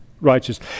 righteous